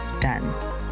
done